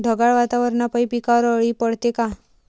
ढगाळ वातावरनापाई पिकावर अळी पडते का?